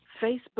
Facebook